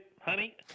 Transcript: honey